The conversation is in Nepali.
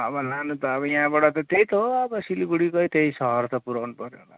अब लानु त अब यहाँबाट त त्यही त हो अब सिलगढीकै त्यही सहर त पुऱ्याउनुपऱ्यो होला अब